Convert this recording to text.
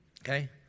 okay